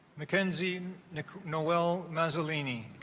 mckenzie nick noel mazel eeny